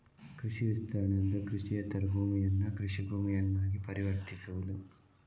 ಕೃಷಿ ವಿಸ್ತರಣೆ ಅಂದ್ರೆ ಕೃಷಿಯೇತರ ಭೂಮಿಯನ್ನ ಕೃಷಿ ಭೂಮಿಯನ್ನಾಗಿ ಪರಿವರ್ತಿಸುವುದು